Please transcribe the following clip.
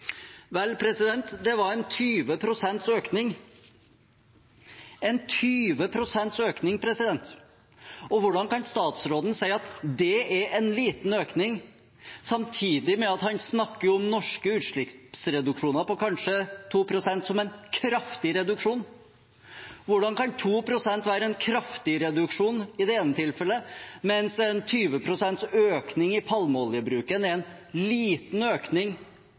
Vel, det var en 20 pst. økning – en 20 pst. økning. Hvordan kan statsråden si at det er en liten økning, samtidig med at han snakker om norske utslippsreduksjoner på kanskje 2 pst. som en kraftig reduksjon? Hvordan kan 2 pst. være en kraftig reduksjon i det ene tilfellet, mens en 20 pst. økning i palmeoljebruken er en liten økning